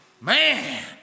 Man